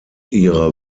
ihre